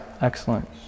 excellent